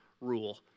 rule